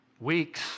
Weeks